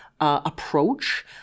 approach